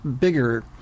bigger